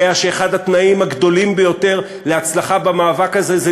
יודע שאחד התנאים הגדולים ביותר להצלחה במאבק הזה זה